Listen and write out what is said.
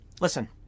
Listen